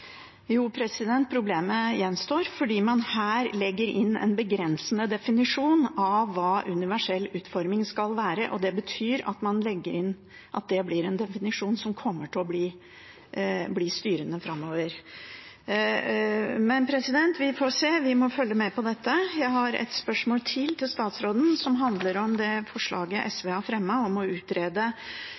Jo, problemet gjenstår fordi man her legger inn en begrensende definisjon av hva universell utforming skal være, og det betyr at man legger inn at det blir en definisjon som kommer til å bli styrende framover. Men vi får se. Vi må følge med på dette. Jeg har enda et spørsmål til statsråden, og det handler om det forslaget SV har fremmet om å utrede